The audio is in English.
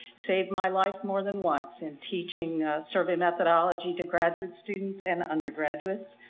saved my life more than once in teaching survey methodology to graduate students and undergraduates.